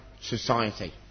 society